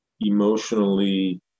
emotionally